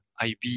IB